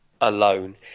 alone